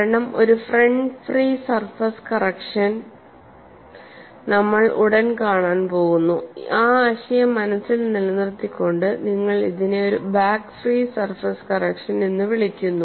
കാരണം ഒരു front free surface correction നമ്മൾ ഉടൻ കാണാൻ പോകുന്നു ആ ആശയം മനസിൽ നിലനിർത്തികൊണ്ടു നിങ്ങൾ ഇതിനെ ഒരു ബാക്ക് ഫ്രീ സർഫസ് കറക്ഷൻ എന്ന് വിളിക്കുന്നു